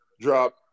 drop